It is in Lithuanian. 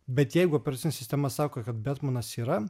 bet jeigu operacinė sistema sako kad betmanas yra